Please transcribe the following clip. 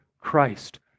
Christ